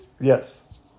Yes